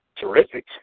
terrific